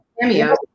cameo